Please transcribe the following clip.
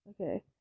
Okay